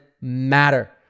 matter